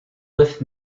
with